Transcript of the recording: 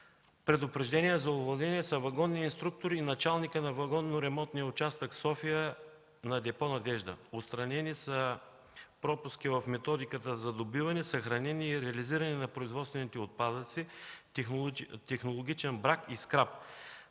„предупреждение за уволнение” са вагонни инструктори и началника на вагонно-ремонтния участък в София на Депо „Надежда”. Отстранени са пропуски в методиката за добиване, съхранение и реализиране на производствените отпадъци, технологичен брак и скрап.